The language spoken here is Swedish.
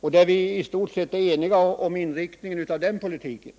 kanske, och vi är i stort sett eniga om inriktningen av den politiken.